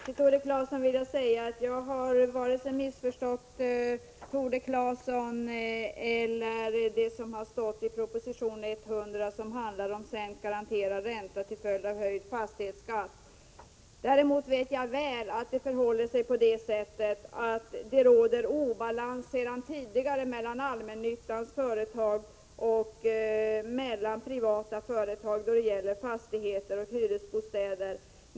Herr talman! Till Tore Claeson vill jag säga att jag inte missförstått vare sig Tore Claeson eller det som sägs i proposition 100 om sänkt garanterad ränta till följd av höjd fastighetsskatt. Däremot vet jag väl att det sedan tidigare råder obalans mellan allmännyttans företag och privata företag då det gäller fastigheter och hyresbostäder.